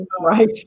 Right